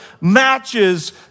matches